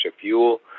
fuel